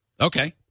Okay